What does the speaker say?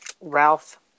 Ralph